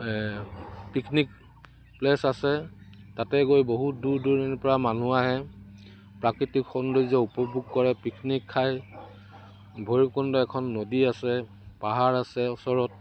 picnic place আছে তাতে গৈ বহুত দূৰ দূৰণিৰ পৰা মানুহ আহে প্ৰাকৃতিক সৌন্দৰ্য উপভোগ কৰে পিকনিক খাই ভৈৰৱকুণ্ড এখন নদী আছে পাহাৰ আছে ওচৰত